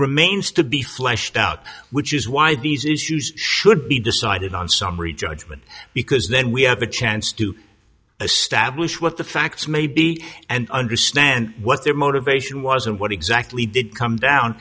remains to be fleshed out which is why these issues should be decided on summary judgment because then we have a chance to a stablish what the facts may be and understand what their motivation was and what exactly did come down